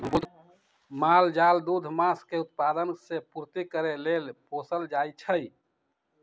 माल जाल दूध, मास के उत्पादन से पूर्ति करे लेल पोसल जाइ छइ